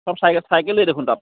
চব চাইকেল চাইকেলেই দেখোন তাত